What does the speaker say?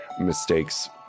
mistakes